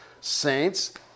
saints